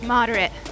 Moderate